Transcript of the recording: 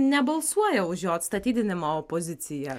nebalsuoja už jo atstatydinimą opozicija